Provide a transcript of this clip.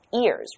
ears